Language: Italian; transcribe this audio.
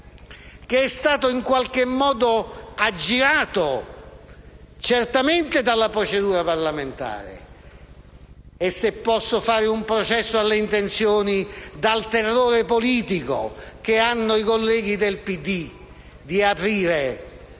che è stato in qualche modo certamente aggirato dalla procedura parlamentare e, se posso fare un processo alle intenzioni, dal terrore politico dei colleghi del PD di aprire